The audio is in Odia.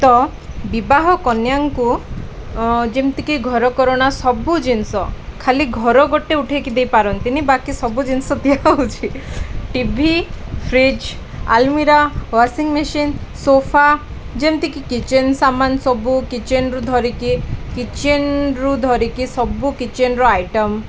ତ ବିବାହ କନ୍ୟାଙ୍କୁ ଯେମିତିକି ଘରକରଣା ସବୁ ଜିନିଷ ଖାଲି ଘର ଗୋଟେ ଉଠାଇକି ଦେଇପାରନ୍ତିନି ବାକି ସବୁ ଜିନିଷ ଦିଆହେଉଛିି ଟି ଭି ଫ୍ରିଜ୍ ଆଲମିରା ୱାସିଙ୍ଗ ମେସିନ୍ ସୋଫା ଯେମିତିକି କିଚେନ୍ରୁ ସାମାନ ସବୁ କିଚେନ୍ରୁ ଧରିକି କିଚେନ୍ରୁ ଧରିକି ସବୁ କିଚେନ୍ରୁ ଆଇଟମ୍